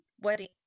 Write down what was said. wedding